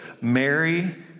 Mary